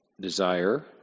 desire